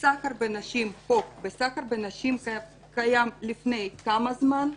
סחר בנשים היה קיים לפני 10 שנים.